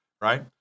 right